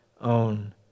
own